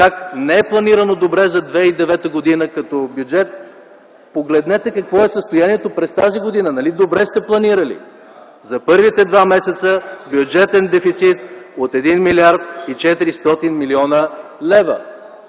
как не е планирано добре за 2009 г. като бюджет, погледнете какво е състоянието през тази година, нали добре сте планирали. За първите два месеца бюджетен дефицит от 1 млрд. 400 млн. лв.